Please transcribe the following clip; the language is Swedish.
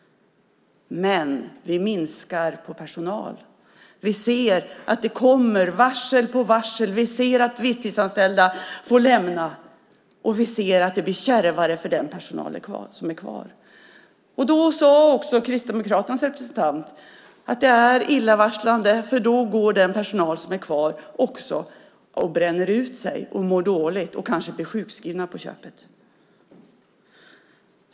Men vi minskar på personal. Vi ser att det kommer varsel på varsel. Vi ser att visstidsanställda får lämna sina jobb, och vi ser att det blir kärvare för den personal som är kvar. Kristdemokraternas representant sade också att det är illavarslande, för då bränner den personal som är kvar ut sig och mår dåligt. Och de blir kanske sjukskrivna på köpet.